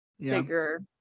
bigger